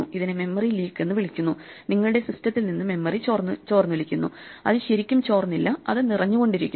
ഇതിനെ memory leak എന്ന് വിളിക്കുന്നു നിങ്ങളുടെ സിസ്റ്റത്തിൽ നിന്ന് മെമ്മറി ചോർന്നൊലിക്കുന്നു അത് ശരിക്കും ചോർന്നില്ല അത് നിറഞ്ഞു കൊണ്ടിരിക്കുന്നു